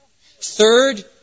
Third